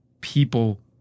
people